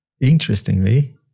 Interestingly